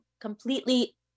completely